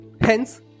Hence